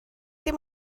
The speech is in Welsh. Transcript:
dim